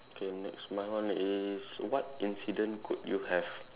K next my one is what incident could you have